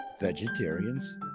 vegetarians